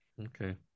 Okay